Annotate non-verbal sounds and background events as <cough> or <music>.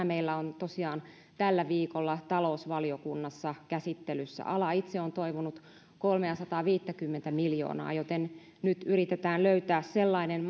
<unintelligible> meillä on tosiaan tällä viikolla talousvaliokunnassa käsittelyssä ala itse on toivonut kolmeasataaviittäkymmentä miljoonaa joten nyt yritetään löytää sellainen <unintelligible>